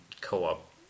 co-op